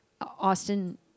Austin